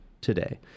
today